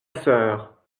sœur